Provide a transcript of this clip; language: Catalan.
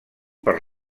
per